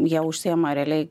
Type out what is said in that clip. jie užsiima realiai